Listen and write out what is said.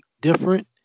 Different